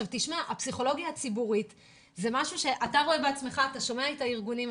אתה שומע את הארגונים,